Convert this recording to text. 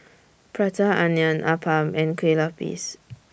Prata Onion Appam and Kue Lupis